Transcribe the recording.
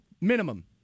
minimum